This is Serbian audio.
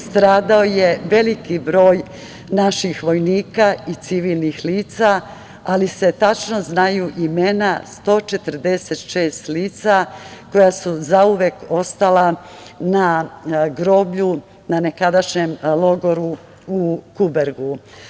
Stradao je veliki broj naših vojnika i civilnih lica, ali se tačno znaju imena 146 lica koja su zauvek ostala na groblju, na nekadašnjem logoru u Kubergu.